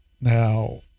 Now